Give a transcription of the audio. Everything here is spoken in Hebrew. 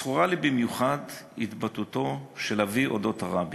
זכורה לי במיוחד התבטאותו של אבי על הרבי,